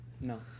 No